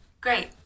great